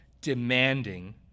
demanding